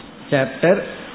Chapter